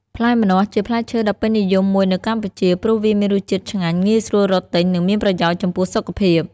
ផ្លែម្នាស់ ជាផ្លែឈើដ៏ពេញនិយមមួយនៅកម្ពុជា ព្រោះវាមានរសជាតិឆ្ងាញ់ ងាយស្រួលរកទិញ និងមានប្រយោជន៍ចំពោះសុខភាព។